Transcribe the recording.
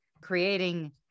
creating